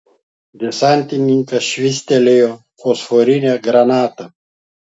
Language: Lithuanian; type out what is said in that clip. desantininkas švystelėjo fosforinę granatą